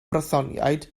brythoniaid